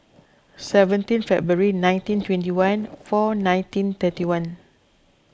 seventeen February nineteen twenty one four nineteen thirty one